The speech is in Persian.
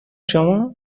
شماست